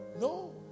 No